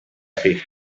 had